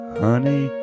honey